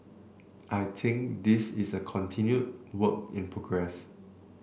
I think this is a continued work in progress